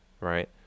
right